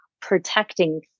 protecting